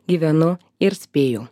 gyvenu ir spėju